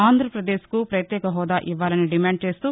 ఆంధ్రప్రదేశ్కు పత్యేక హెూదా ఇవ్వాలని డిమాండ్ చేస్తూ